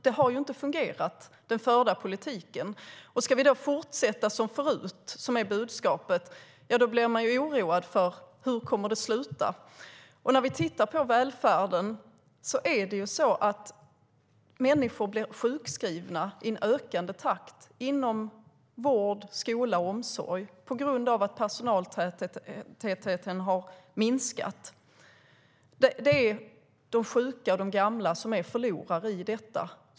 Den förda politiken har alltså inte fungerat. Ska vi fortsätta som förut, vilket är budskapet, blir jag orolig för hur det kommer att sluta. När det gäller välfärden blir människor sjukskrivna i en ökande takt inom vård, skola och omsorg på grund av att personaltätheten har minskat. Det är de sjuka och de gamla som är förlorarna i detta.